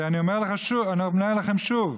ואני אומר לכם שוב,